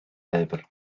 lyfr